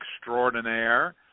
Extraordinaire